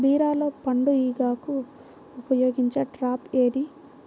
బీరలో పండు ఈగకు ఉపయోగించే ట్రాప్ ఏది?